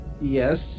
yes